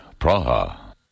Praha